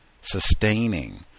sustaining